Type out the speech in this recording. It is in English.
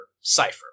cipher